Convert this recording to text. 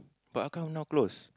but how come now close